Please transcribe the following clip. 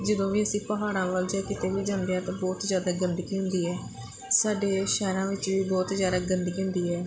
ਜਦੋਂ ਵੀ ਅਸੀਂ ਪਹਾੜਾਂ ਵੱਲ ਜਾਂ ਕਿਤੇ ਵੀ ਜਾਂਦੇ ਹਾਂ ਤਾਂ ਬਹੁਤ ਜ਼ਿਆਦਾ ਗੰਦਗੀ ਹੁੰਦੀ ਹੈ ਸਾਡੇ ਸ਼ਹਿਰਾਂ ਵਿੱਚ ਵੀ ਬਹੁਤ ਹੀ ਜ਼ਿਆਦਾ ਗੰਦਗੀ ਹੁੰਦੀ ਹੈ